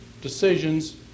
decisions